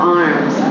arms